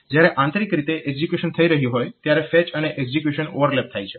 જયારે આંતરીક રીતે એક્ઝીક્યુશન થઈ રહ્યું હોય ત્યારે ફેચ અને એક્ઝીક્યુશન ઓવરલેપ થાય છે